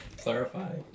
clarify